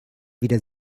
wieder